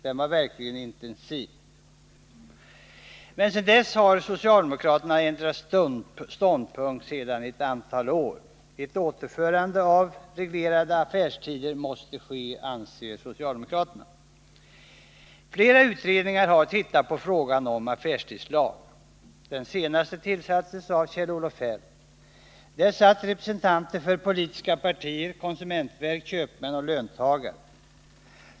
Den var verkligen intensiv. Nu har socialdemokraterna ändrat ståndpunkt sedan ett antal år. Ett återinförande av reglerade affärstider måste ske, anser socialdemokraterna. Flera utredningar har tittat på frågan om affärstidslag. Den senaste tillsattes av Kjell-Olof Feldt. Den bestod av representanter för politiska partier, konsumentverket, köpmän och löntagare.